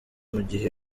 mugihe